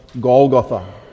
Golgotha